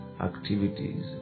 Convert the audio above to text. activities